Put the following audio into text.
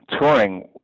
touring